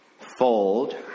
Fold